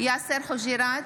יאסר חוג'יראת,